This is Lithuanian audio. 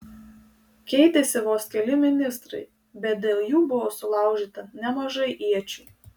keitėsi vos keli ministrai bet dėl jų buvo sulaužyta nemažai iečių